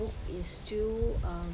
books is still um